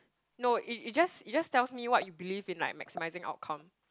no it it just it just tells me what you believe in like maximizing outcome